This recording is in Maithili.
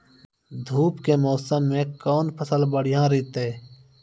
धूप के मौसम मे कौन फसल बढ़िया रहतै हैं?